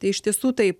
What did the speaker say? tai iš tiesų taip